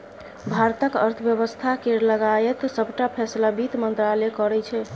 भारतक अर्थ बेबस्था केर लगाएत सबटा फैसला बित्त मंत्रालय करै छै